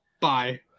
bye